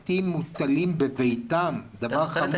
מוטלים מתים בביתם וזה דבר חמור מאוד.